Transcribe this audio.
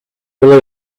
below